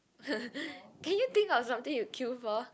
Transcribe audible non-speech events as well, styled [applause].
[laughs] can you think of something you queue for